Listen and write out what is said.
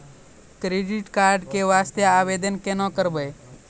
Credit card के वास्ते आवेदन केना करबै?